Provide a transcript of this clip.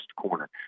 corner